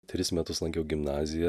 tris metus lankiau gimnaziją